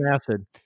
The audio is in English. acid